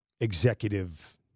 executive